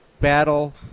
battle